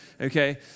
Okay